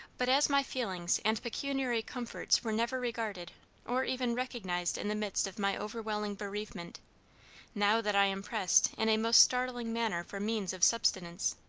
but as my feelings and pecuniary comforts were never regarded or even recognized in the midst of my overwhelming bereavement now that i am pressed in a most startling manner for means of subsistence,